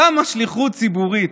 כמה שליחות ציבורית,